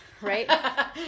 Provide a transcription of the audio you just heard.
Right